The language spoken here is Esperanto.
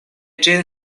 ĝin